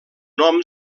nom